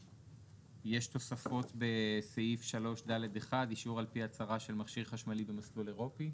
יש תוספות בסעיף 3ד1 "אישור על פי הצהרה של מכשיר חשמלי במסלול אירופי"?